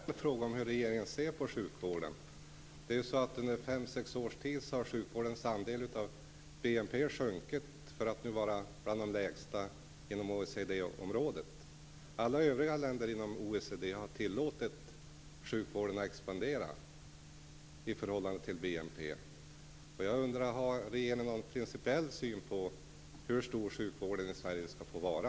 Herr talman! Jag skulle vilja ta upp frågan om hur regeringen ser på sjukvården. Under fem sex års tid har sjukvårdens andel av BNP sjunkit. Sverige hör nu till de länder inom OECD-området som har den lägsta sjukvårdsandelen av BNP. Övriga länder inom OECD har tillåtit sjukvården expandera i förhållande till BNP. Har regeringen någon principiell syn på hur stor sjukvården i Sverige skall få vara?